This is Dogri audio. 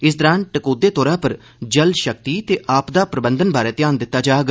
इस दौरान टकोहदे तौर पर जलशक्ति ते आपदा प्रबंधन बारै ध्यान दिता जाग